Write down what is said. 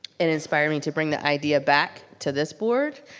it inspired me to bring the idea back to this board.